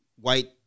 white